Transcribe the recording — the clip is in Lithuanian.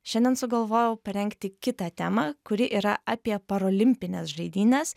šiandien sugalvojau parengti kitą temą kuri yra apie paralimpines žaidynes